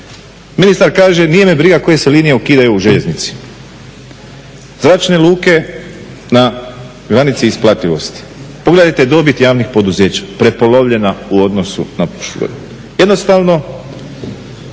Ministar kaže nije me briga koje se linije ukidaju u željeznici. Zračne luke na granici isplativosti. Pogledajte dobit javnih poduzeća, prepolovljena u odnosu na prošlu godinu. Jednostavno